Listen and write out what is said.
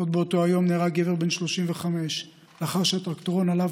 עוד באותו היום נהרג גבר בן 35 לאחר שטרקטורון שעליו